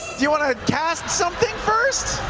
do you want to cast something first?